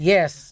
Yes